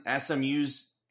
SMU's